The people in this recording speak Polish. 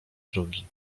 drogi